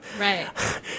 Right